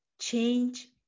change